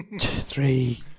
Three